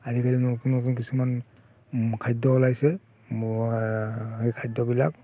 আজিকালি নতুন নতুন কিছুমান খাদ্য ওলাইছে মই সেই খাদ্যবিলাক